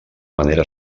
manera